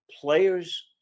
players